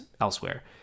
elsewhere